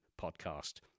Podcast